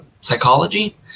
psychology